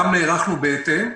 גם נערכנו בהתאם,